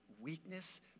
weakness